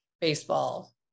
baseball